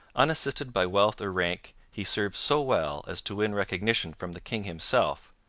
unassisted by wealth or rank, he served so well as to win recognition from the king himself,